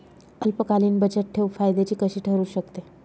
अल्पकालीन बचतठेव फायद्याची कशी ठरु शकते?